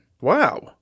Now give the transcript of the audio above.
Wow